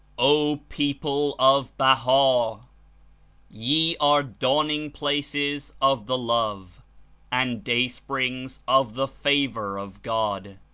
o people of baha'! ye are dawning-places of the love and day-springs of the favor of god.